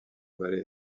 valley